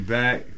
back